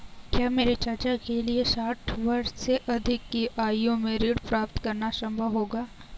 क्या मेरे चाचा के लिए साठ वर्ष से अधिक की आयु में ऋण प्राप्त करना संभव होगा?